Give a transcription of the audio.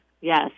yes